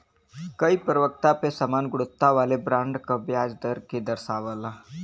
कई परिपक्वता पे समान गुणवत्ता वाले बॉन्ड क ब्याज दर के दर्शावला